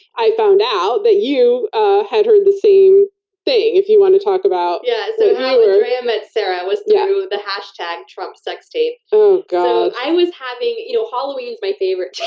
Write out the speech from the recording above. i found out that you had heard the same thing, if you wanna talk about. yeah, so how i met sarah was yeah through the hashtag, trumpsextape. oh, god. i was having. you know halloween is my favorite